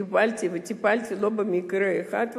קיבלתי וטיפלתי לא במקרה אחד.